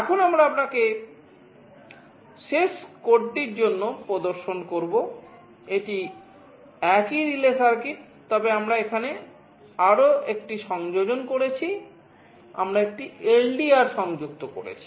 এখন আমরা আপনাকে শেষ কোডটির জন্য প্রদর্শন করব এটি একই রিলে সার্কিট তবে আমরা এখানে আরও একটি সংযোজন করেছি আমরা একটি LDR সংযুক্ত করেছি